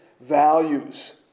values